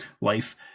life